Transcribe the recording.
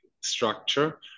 structure